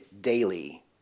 daily